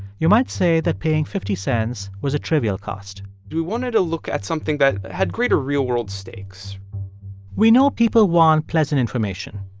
you might say that paying fifty cents was a trivial cost we wanted to look at something that had greater real-world stakes we know people want pleasant information.